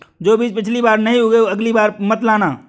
जो बीज पिछली बार नहीं उगे, अगली बार मत लाना